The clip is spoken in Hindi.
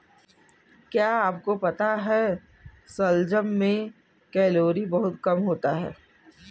क्या आपको पता है शलजम में कैलोरी बहुत कम होता है?